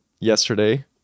yesterday